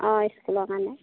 অঁ স্কুলৰ কাৰণে